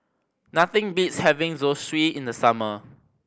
nothing beats having Zosui in the summer